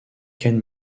ken